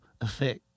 effect